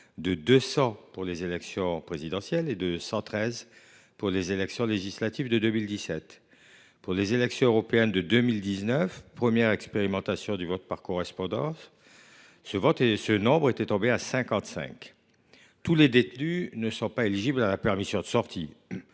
pour l’élection présidentielle de 2017 et 113 pour les élections législatives de la même année. Pour les élections européennes de 2019, année de la première expérimentation du vote par correspondance, ce nombre était tombé à 55. Tous les détenus ne sont pas éligibles à la permission de sortir,